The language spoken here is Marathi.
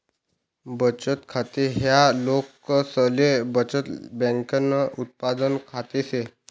बचत खाते हाय लोकसले बचत बँकन उत्पादन खात से